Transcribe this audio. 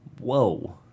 Whoa